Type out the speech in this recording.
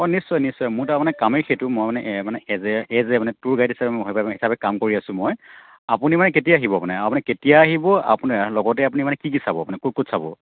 অ' নিশ্চয় নিশ্চয় মোৰ তাৰমানে কামেই সেইটো মই মানে এজ এ মানে টুৰ গাইড হিচাপে মই মানে কাম কৰি আছোঁ মই আপুনি মানে কেতিয়া আহিব মানে আপুনি কেতিয়া আহিব আপুনি লগতে আপুনি কি কি চাব মানে ক'ত ক'ত চাব